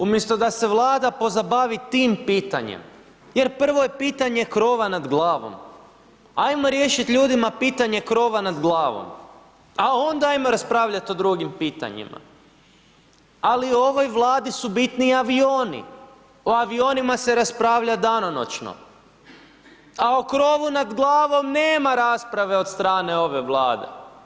Umjesto da se Vlada pozabavi tim pitanjem, jer prvo je pitanje krova nad glavom, ajmo riješit ljudima pitanje krova nad glavom, a onda ajmo raspravljan o drugim pitanjima, ali ovoj Vladi su bitni avioni, o avionima se raspravlja danonoćno, a o krovu nad glavom nema rasprave od strane ove Vlade.